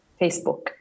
Facebook